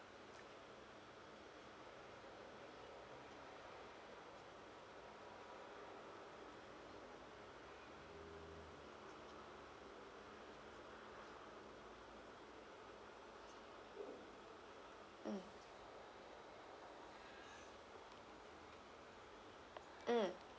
mm